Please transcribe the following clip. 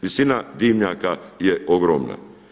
Visina dimnjaka je ogromna.